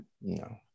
No